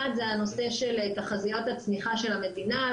נושא תחזיות הצמיחה של המדינה,